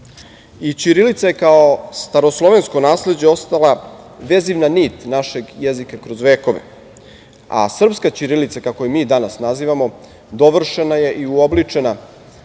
je, kao staroslovensko nasleđe, ostala vezivna nit našeg jezika kroz vekove, a srpska ćirilica, kako je mi danas nazivamo, dovršena je i uobličena